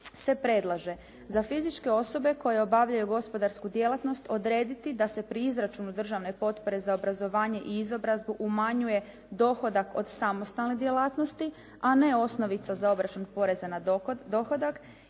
se predlaže za fizičke osobe koje obavljaju gospodarsku djelatnost odrediti da se pri izračunu državne potpore za obrazovanje i izobrazbu umanjuje dohodak od samostalne djelatnosti, a ne osnovica za obračun poreza na dohodak.